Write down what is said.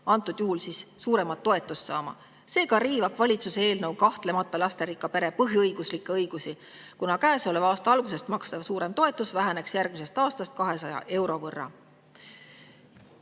antud juhul siis suuremat toetust saama. Seega riivab valitsuse eelnõu kahtlemata lasterikka pere põhi[seaduslikke] õigusi, kuna käesoleva aasta algusest makstav suurem toetus väheneks järgmisest aastast 200 euro võrra.